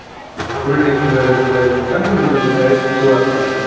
full day خٲطٔر حظ روزِ تُہٕنٛدِ موٗجوٗب حظ روزِ ژور ساس حظ